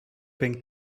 pink